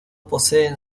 poseen